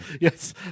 Yes